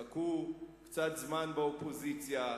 תחכו קצת זמן באופוזיציה,